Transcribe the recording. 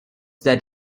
that